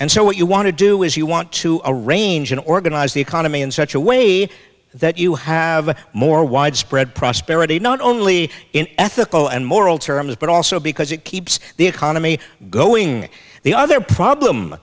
and so what you want to do is you want to arrange and organize the economy in such a way that you have more widespread prosperity not only in ethical and moral terms but also because it keeps the economy going the other problem